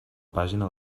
pàgina